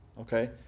okay